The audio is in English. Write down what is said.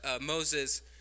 Moses